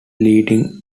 leading